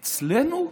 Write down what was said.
אצלנו?